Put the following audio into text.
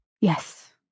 Yes